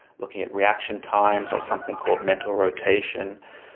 looking at reaction times or something called mental rotation.